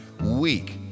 week